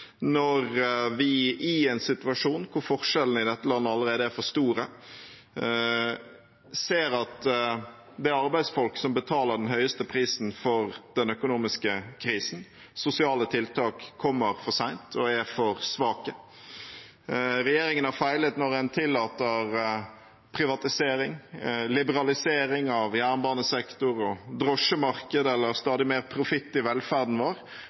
når vi i en situasjon hvor forskjellene i dette landet allerede er for store, ser at det er arbeidsfolk som betaler den høyeste prisen for den økonomiske krisen, og at sosiale tiltak kommer for sent og er for svake. Regjeringen har feilet når den tillater privatisering, liberalisering av jernbanesektor og drosjemarked eller stadig mer profitt i velferden vår,